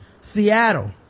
Seattle